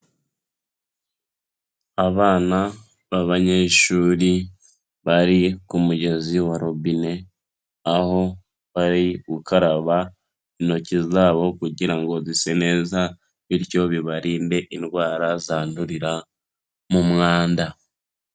Abana b'abanyeshuri bari ku mugezi wa robine, aho bari gukaraba intoki zabo kugira ngo zise neza bityo bibarinde indwara zandurira mu mwanda.